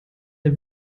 der